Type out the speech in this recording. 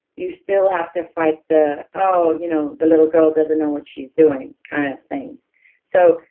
you still have to fight the, oh, you know the little girl doesn't know what she's doing. kind of thing so,